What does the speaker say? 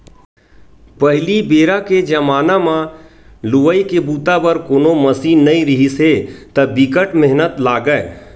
पहिली बेरा के जमाना म लुवई के बूता बर कोनो मसीन नइ रिहिस हे त बिकट मेहनत लागय